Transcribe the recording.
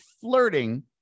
flirting